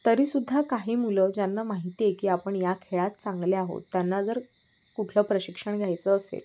तरीसुद्धा काही मुलं ज्यांना माहिती आहे की आपण या खेळात चांगले आहोत त्यांना जर कुठलं प्रशिक्षण घ्यायचं असेल